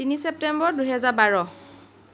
তিনি ছেপ্টেম্বৰ দুহেজাৰ বাৰ